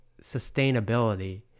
sustainability